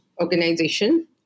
organization